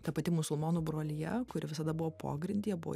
ta pati musulmonų brolija kuri visada buvo pogrindyje buvo